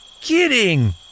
kidding